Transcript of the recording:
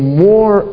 more